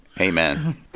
Amen